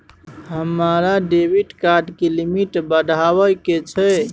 हमरा debit card के limit बढावा के छै